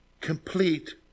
complete